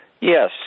Yes